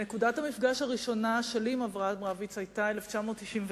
נקודת המפגש הראשונה שלי עם אברהם רביץ היתה 1999,